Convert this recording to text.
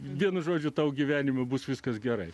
vienu žodžiu tau gyvenime bus viskas gerai